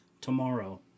tomorrow